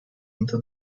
into